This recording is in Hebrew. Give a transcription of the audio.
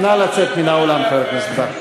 נא לצאת מן האולם, חבר הכנסת בר.